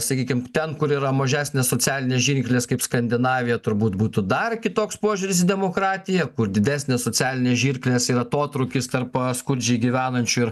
sakykim ten kur yra mažesnės socialinės žirklės kaip skandinavija turbūt būtų dar kitoks požiūris į demokratiją kur didesnės socialinės žirklės ir atotrūkis tarp skurdžiai gyvenančių ir